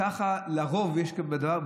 לרוב יש כזה דבר.